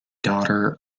daughter